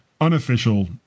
unofficial